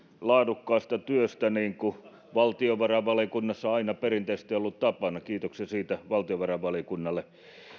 laadukkaasta työstä niin kuin valtiovarainvaliokunnassa on aina perinteisesti ollut tapana kiitoksia siitä valtiovarainvaliokunnalle